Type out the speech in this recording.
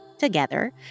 Together